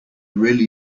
really